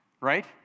Right